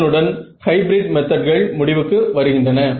அதனுடன் ஹைபிரிட் மெத்தட்கள் முடிவுக்கு வருகின்றன